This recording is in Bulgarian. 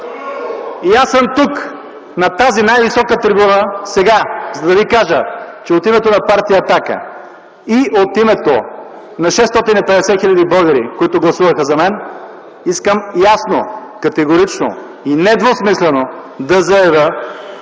Аз съм тук, на тази най-висока трибуна, сега, за да ви кажа, че от името на партия „Атака” и от името на 650 000 българи, които гласуваха за мен, искам ясно, категорично и недвусмислено да заявя,